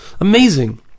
Amazing